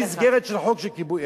במסגרת של חוק של כיבוי אש.